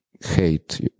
hate